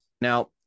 Now